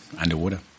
underwater